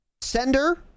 sender